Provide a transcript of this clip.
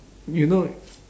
you know